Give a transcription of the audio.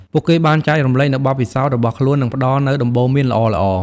ពួកគេបានចែករំលែកនូវបទពិសោធន៍របស់ខ្លួន និងផ្តល់នូវដំបូន្មានល្អៗ។